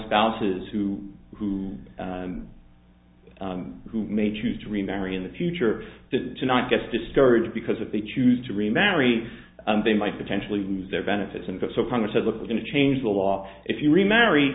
spouses who who who may choose to remarry in the future to not get discouraged because if they choose to remarry they might potentially lose their benefits and so congress said look we're going to change the law if you remarry